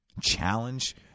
Challenge